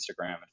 Instagram